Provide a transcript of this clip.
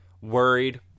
worried